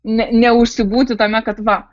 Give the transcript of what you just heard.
ne neužsibūti tame kad va